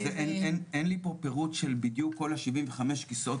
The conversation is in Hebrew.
אין לי פה פירוט של בדיוק כל ה-75 כסאות